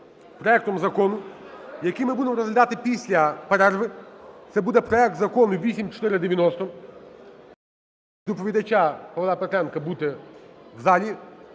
проектом закону, який ми будемо розглядати після перерви, це буде проект Закону 8490. Я прошу і доповідача Павла Петренка бути у залі.